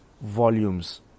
volumes